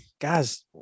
guys